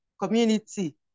community